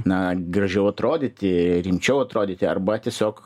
na gražiau atrodyti rimčiau atrodyti arba tiesiog